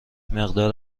مقدار